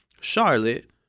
Charlotte